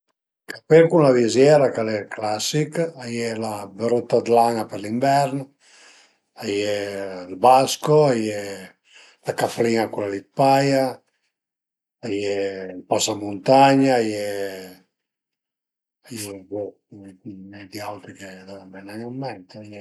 Ël capel cun la viziera ch'al e ël classich, a ie la barëtta d'la për l'invern, a ie ël basco, a ie la caplin-a cula li dë paia, a ie ël pasamuntagna, a ie bo d'auti a më n'an ven nen ën ment